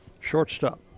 shortstop